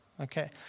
Okay